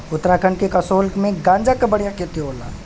उत्तराखंड के कसोल में गांजा क बढ़िया खेती होला